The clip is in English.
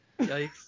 Yikes